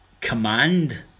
command